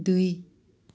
दुई